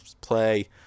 play